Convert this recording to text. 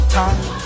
time